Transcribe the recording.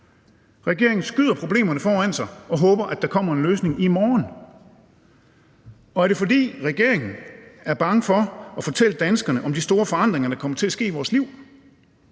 Regeringen skyder problemerne foran sig og håber, at der kommer en løsning i morgen. Og er det, fordi regeringen er bange for at fortælle danskerne om de store forandringer, der kommer til at ske i vores liv?